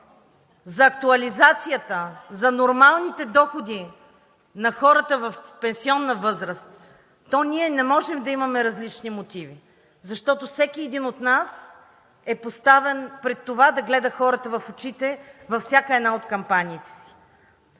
за актуализацията, за нормалните доходи на хората в пенсионна възраст, то ние не можем да имаме различни мотиви, защото всеки един от нас е поставен пред това да гледа хората в очите във всяка една от кампаниите си.